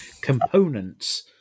components